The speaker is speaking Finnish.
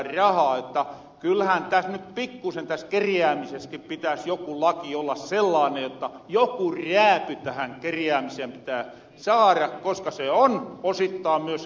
kyllähän täs ny pikkusen täs kerjäämiseskin pitäs joku laki olla sellaane jotta joku rääpy tähän kerjäämiseen pitää saara koska se on osittaan myös rikollista toimintaa